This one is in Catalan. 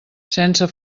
sense